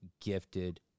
gifted